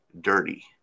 dirty